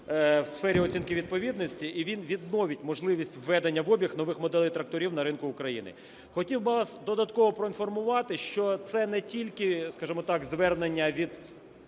в сфері оцінки відповідності, і він відновить можливість введення в обіг нових моделей тракторів на ринку України. Хотів би вас додатково проінформувати, що це не тільки, скажімо так, звернення від